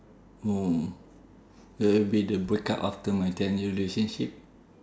hmm that would be the breakup after my ten year relationship